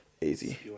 Easy